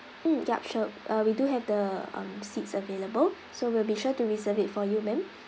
mm yup sure uh we do have the um seats available so we'll be sure to reserve it for you ma'am